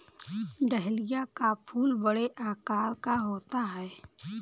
dahlia का फूल बड़े आकार का होता है